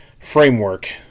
framework